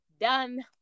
done